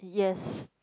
yes